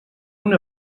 una